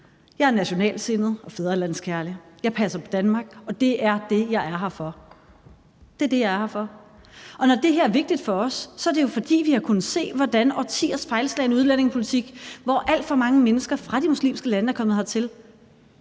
jeg er nationalsindet og fædrelandskærlig. Jeg passer på Danmark, og det er det, jeg er her for. Når det her er vigtigt for os, er det jo, fordi vi har kunnet se, hvordan årtiers fejlslagen udlændingepolitik, hvor alt for mange mennesker fra de muslimske lande er kommet hertil,